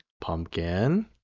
pumpkin